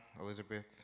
Elizabeth